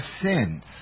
sins